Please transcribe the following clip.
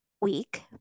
week